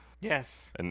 Yes